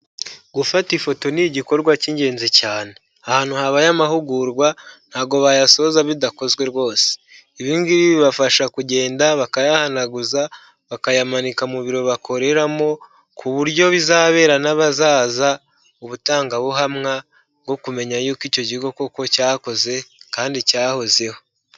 Gufata ifoto ni igikorwa cy'ingenzi cyane ahantu habaye amahugurwa ntago bayasoza bidakozwe rwose ibingibi bibafasha kugenda bakayahanaguza bakayamanika mu biro bakoreramo ku buryo bizabera n'abazaza ubutangabuhamwa bwo kumenya yuko icyo kigo koko cyakoze kandi cyahozeho.